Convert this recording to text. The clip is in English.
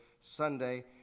Sunday